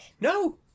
No